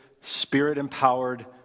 spirit-empowered